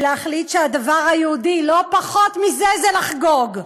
ולהחליט שהדבר היהודי, לא פחות מזה, זה לחגוג.